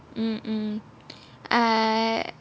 mm mm I